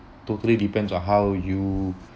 totally depends on how you